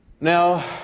Now